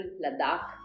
Ladakh